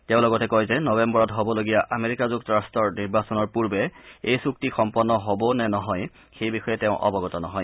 তেওঁ লগতে কয় যে নৱেম্বৰত হ'বলগীয়া আমেৰিকা যুক্তৰাট্টৰ নিৰ্বাচনৰ পূৰ্বে এই চুক্তি সম্পন্ন হ'ব নে নহয় সেই বিষয়ে তেওঁ অৱগত নহয়